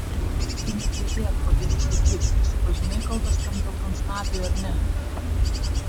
tu nekliedėk o geriau sakyk prisipažinai kaltas tam geltonsnapiui ar ne